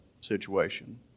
situation